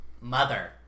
Mother